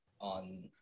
on